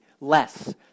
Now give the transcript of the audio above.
less